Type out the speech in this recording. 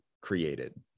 created